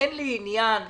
אין לי עניין פוליטי,